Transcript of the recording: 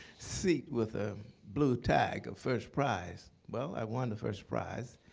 seat with a blue tag. a first prize. well, i won the first prize.